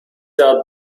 out